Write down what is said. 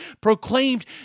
proclaimed